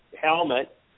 helmet